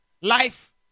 life